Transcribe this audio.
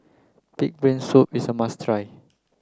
pig brain soup is a must try